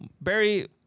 Barry